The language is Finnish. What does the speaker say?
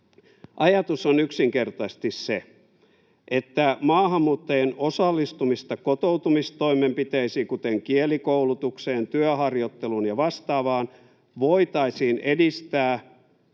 Ajatus on yksinkertaisesti se, että maahanmuuttajien osallistumista kotoutumistoimenpiteisiin, kuten kielikoulutukseen, työharjoitteluun ja vastaavaan, voitaisiin edistää